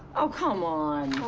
oh, come on.